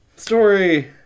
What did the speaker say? Story